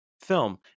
film